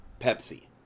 pepsi